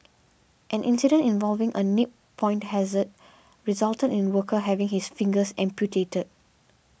an incident involving a nip point hazard resulted in a worker having his fingers amputated